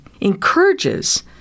encourages